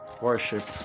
worship